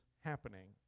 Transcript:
happening